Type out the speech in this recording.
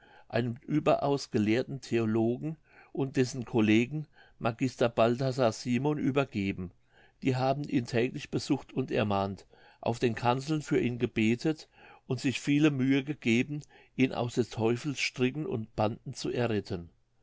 einem überaus gelehrten theologen und dessen collegen magister balthasar simon übergeben die haben ihn täglich besucht und ermahnt auf den kanzeln für ihn gebetet und sich viele mühe gegeben ihn aus des teufels stricken und banden zu erretten